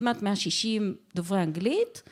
כמעט 160 דוברי אנגלית.